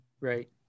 Right